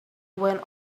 when